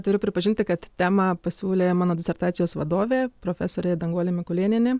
turiu pripažinti kad temą pasiūlė mano disertacijos vadovė profesorė danguolė mikulėnienė